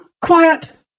quiet